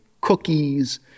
cookies